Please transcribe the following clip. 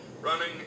running